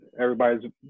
everybody's